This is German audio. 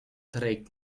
trägt